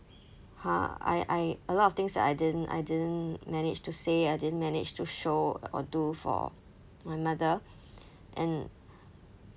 !huh! I I a lot of things I didn't I didn't manage to say I didn't manage to show or do for my mother and